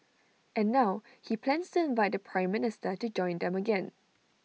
and now he plans to invite the Prime Minister to join them again